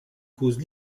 causes